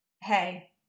Hey